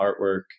artwork